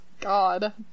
God